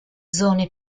zone